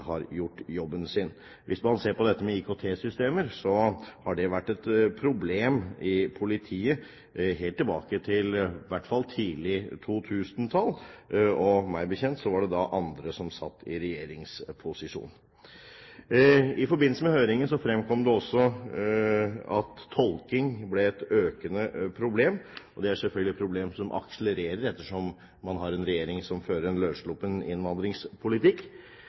har gjort jobben sin. Hvis man ser på dette med IKT-systemer, har det vært et problem i politiet i hvert fall helt tilbake til tidlig på 2000-tallet. Meg bekjent var det da andre som satt i regjeringsposisjon. I forbindelse med høringen fremkom det også at tolking er blitt et økende problem. Det er selvfølgelig et problem som akselererer ettersom man har en regjering som fører en løssluppen innvandringspolitikk.